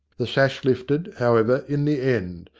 the sash lifted, how ever, in the end,